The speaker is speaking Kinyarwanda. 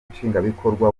nshingwabikorwa